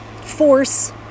force